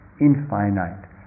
infinite